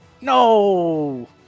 No